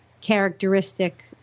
characteristic